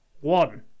One